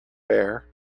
bare